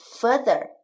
Further